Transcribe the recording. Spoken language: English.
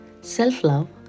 self-love